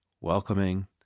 welcoming